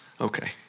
Okay